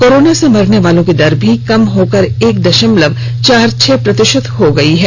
corona से मरने वालों की दर भी कम होकर एक दशमलव चार छह प्रतिशत हो गई है